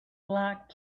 black